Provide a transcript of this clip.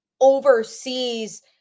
oversees